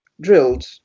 drilled